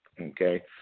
Okay